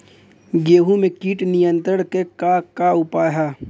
गेहूँ में कीट नियंत्रण क का का उपाय ह?